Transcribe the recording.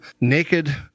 naked